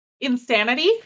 Insanity